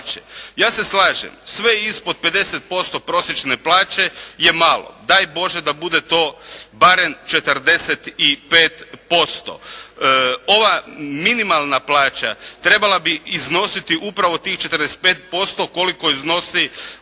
Ja se slažem, sve ispod 50% prosječne plaće je malo. Daj Bože da bude to barem 45%. Ova minimalna plaća trebala bi iznositi upravo tih 45% koliko iznosi